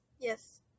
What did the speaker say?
yes